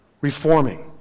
reforming